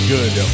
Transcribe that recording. Good